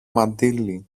μαντίλι